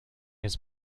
his